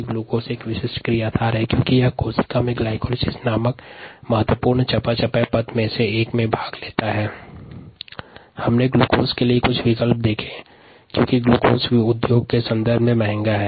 glucose विशिष्ट क्रियाधार है क्योंकि यह कोशिका में ग्लाइकोलाइसिस नामक महत्वपूर्ण चयापचयी पथ में भाग लेता है और साथ ही हमने ग्लूकोज के लिए कुछ विकल्प देखे क्योंकि ग्लूकोज उद्योग के संदर्भ में महंगा होता है